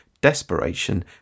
desperation